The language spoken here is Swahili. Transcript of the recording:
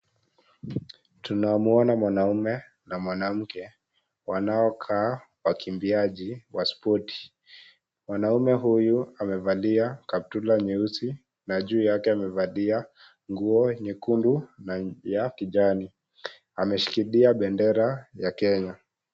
Tunamwona mwanamme na mwanamke wanaokaa wakimbiaji wa spoti, mwanaume huyu amevalia kaptura nyeusi na juu yake amevalia nguo nyekundu na ya kijani, ameshikilia bendera ya Kenya.